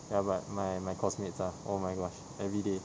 ya but my my coursemates ah oh my gosh everyday